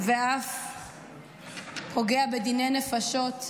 ואף פוגע בדיני נפשות,